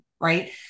Right